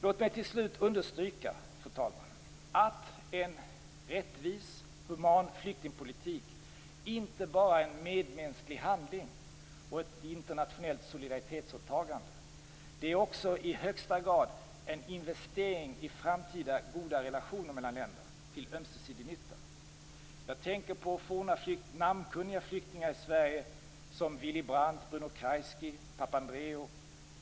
Låt mig till slut understryka, fru talman, att en rättvis human flyktingpolitik inte bara är en medmänsklig handling och ett internationellt solidaritetsåtagande. Det är också i högsta grad en investering i framtida goda relationer mellan länder till ömsesidig nytta. Jag tänker på forna namnkunniga flyktingar i Sverige som Willy Brandt, Bruno Kreisky och Papandreou.